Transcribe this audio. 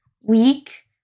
week